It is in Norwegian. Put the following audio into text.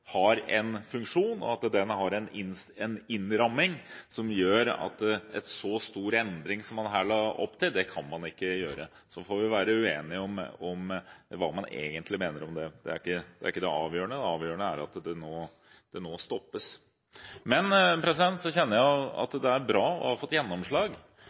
har en funksjon, og at den har en innramming som gjør at en så stor endring som man her la opp til, kan man ikke gjøre. Så får vi være uenige om hva man egentlig mener om det. Det er ikke det avgjørende, det avgjørende er at det nå stoppes. Så kjenner jeg at det er bra å ha fått gjennomslag,